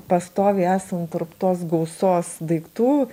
pastoviai esant tarp tos gausos daiktų